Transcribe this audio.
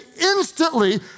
instantly